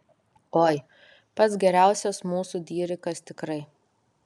oi pats geriausias mūsų dirikas tikrai